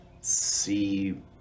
see